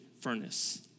furnace